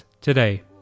today